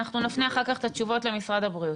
אנחנו נפנה אחר כך את השאלות למשרד הבריאות.